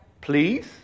Please